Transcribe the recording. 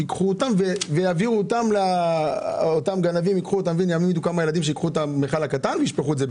אותם גנבים יעמידו כמה ילדים שייקחו את המיכל הקטן וישפכו.